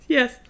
Yes